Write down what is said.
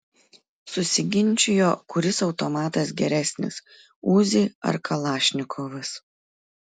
susiginčijo kuris automatas geresnis uzi ar kalašnikovas